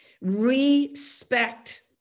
respect